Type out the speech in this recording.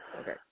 Okay